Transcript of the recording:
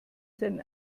seinen